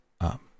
up